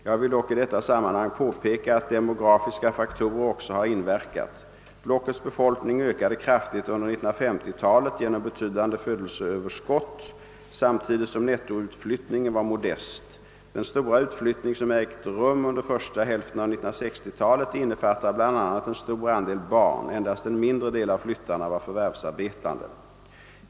Jag vill dock i detta sammanhang påpeka att demografiska faktorer också har inverkat. Blockets befolkning ökade kraftigt under 1950-talet genom betydande födelseöverskott samtidigt som nettoutflyttningen var modest. Den stora utflyttning som ägt rum under första hälften av 1960-talet innefattar bl.a. en stor andel barn. Endast en mindre del av flyttarna var förvärvsarbetande.